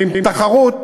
ועם תחרות